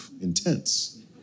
intense